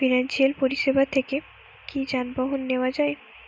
Financial পরিসেবা থেকে কি যানবাহন নেওয়া যায়?